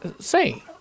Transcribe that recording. Say